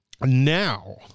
Now